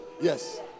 Yes